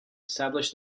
establish